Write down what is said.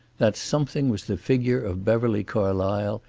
that something was the figure of beverly carlysle,